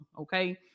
okay